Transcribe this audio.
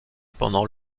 pendant